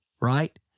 right